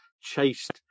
chased